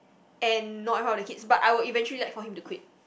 and not in front of the kids but I will eventually like for him to quit